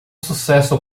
sucesso